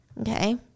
Okay